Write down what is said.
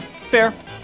fair